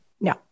No